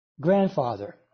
grandfather